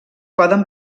poden